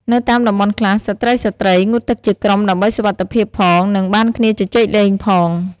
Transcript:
នៅតាមតំំបន់ខ្លះ ស្ត្រីៗងូតទឹកជាក្រុមដើម្បីសុវត្ថិភាពផង និងបានគ្នាជជែកលេងផង។